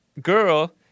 girl